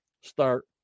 start